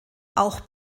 auch